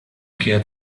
kienet